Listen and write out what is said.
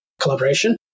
collaboration